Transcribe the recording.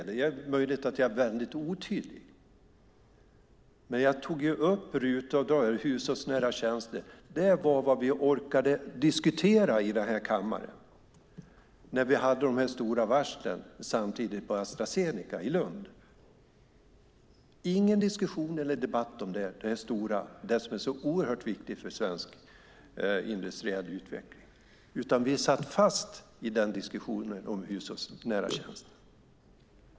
Det är möjligt att jag är väldigt otydlig. Men jag tog upp RUT-avdraget och hushållsnära tjänster. Det var vad vi orkade diskutera i kammaren när vi samtidigt hade de stora varslen på Astra Zeneca i Lund. Det var ingen diskussion eller debatt om det, som är så oerhört viktigt för svensk industriell utveckling. Vi satt fast i diskussionen om hushållsnära tjänster.